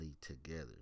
together